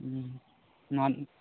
ᱱᱚᱣᱟ